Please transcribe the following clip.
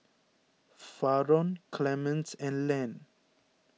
Faron Clemens and Len